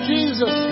Jesus